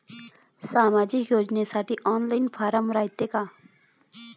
सामाजिक योजनेसाठी online form रायते का?